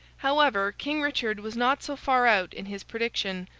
however, king richard was not so far out in his prediction,